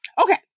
Okay